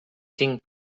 cinc